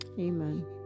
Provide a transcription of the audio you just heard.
Amen